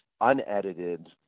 unedited